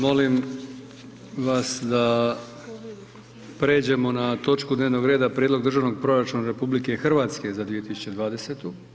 Molim vas da pređemo na točku dnevnog reda, Prijedlog državnog proračuna RH za 2020.